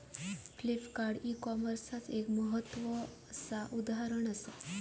Flipkart e कॉमर्सचाच एक महत्वपूर्ण उदाहरण असा